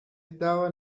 estaba